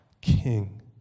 king